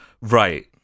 Right